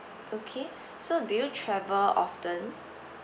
okay so do you travel often